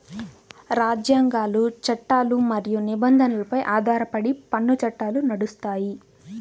రాజ్యాంగాలు, చట్టాలు మరియు నిబంధనలపై ఆధారపడి పన్ను చట్టాలు నడుస్తాయి